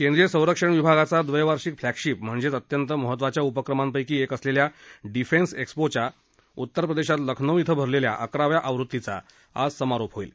केंद्रीय संरक्षण विभागाचा द्वैवार्षिक फ्लॅगशिप म्हणजेच अत्यंत महत्वाच्या उपक्रमांपैकी एक असलेल्या डिफेन्स एक्स्पोच्या उत्तर प्रदेशात लखनौ क्रिं भरलेल्या अकराव्या आवृत्तीचा आज समारोप होणार आहे